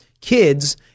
kids